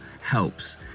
helps